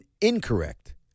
incorrect